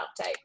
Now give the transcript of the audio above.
update